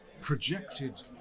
projected